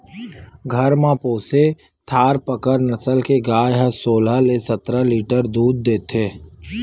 घर म पोसे थारपकर नसल के गाय ह सोलह ले सतरा लीटर दूद देथे